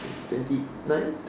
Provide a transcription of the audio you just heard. twenty nine